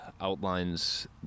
outlines